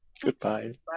Goodbye